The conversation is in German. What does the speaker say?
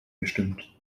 bestimmt